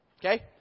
Okay